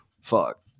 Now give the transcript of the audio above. Fuck